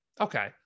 Okay